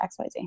XYZ